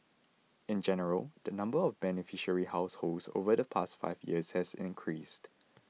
in general the number of beneficiary households over the past five years has increased